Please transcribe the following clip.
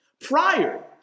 Prior